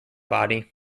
body